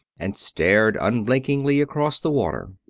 and stared unblinkingly across the water.